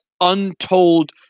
untold